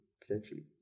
potentially